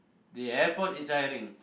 the airport is hiring